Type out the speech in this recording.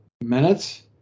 minutes